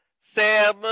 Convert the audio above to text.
Sam